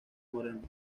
moreno